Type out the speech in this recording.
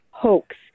hoax